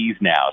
now